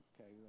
Okay